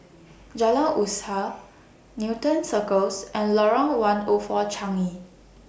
Jalan Usaha Newton Circus and Lorong one O four Changi